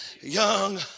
Young